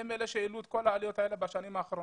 הם אלה שהעלו את כל העליות האלה בשנים האחרונות.